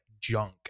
junk